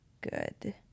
good